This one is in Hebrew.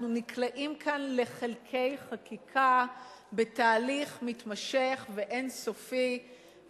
נקלעים כאן לחלקי חקיקה בתהליך מתמשך ואין-סופי.